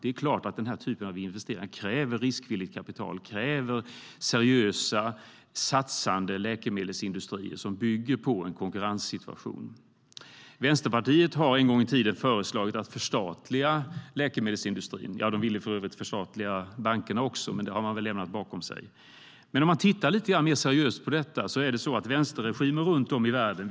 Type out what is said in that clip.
Det är klart att denna typ av investeringar kräver riskvilligt kapital och seriösa, satsande läkemedelsindustrier som bygger på en konkurrenssituation. Vänsterpartiet förslog en gång i tiden ett förstatligande av läkemedelsindustrin. De ville för övrigt förstatliga bankerna också, men det har de väl lämnat bakom sig. Låt oss dock titta lite mer seriöst på detta och på vänsterregimerna runt om i världen.